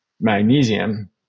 magnesium